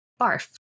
Barf